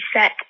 set